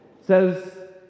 says